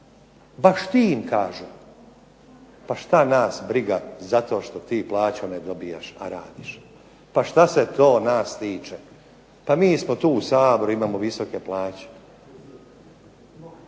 baš ti im kažu pa šta nas briga zato što ti plaću ne dobijaš a radiš, pa šta se to nas tiče, pa mi smo tu u Saboru i imamo visoke plaće,